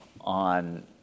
on